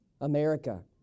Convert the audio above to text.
America